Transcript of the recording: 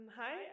hi